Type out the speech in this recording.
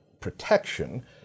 protection